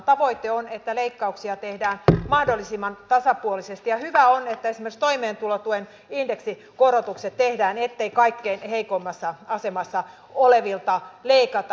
tavoite on että leikkauksia tehdään mahdollisimman tasapuolisesti ja hyvä on että esimerkiksi toimeentulotuen indeksikorotukset tehdään ettei kaikkein heikoimmassa asemassa olevilta leikata